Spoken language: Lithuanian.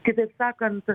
kitaip sakant